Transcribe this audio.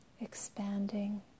expanding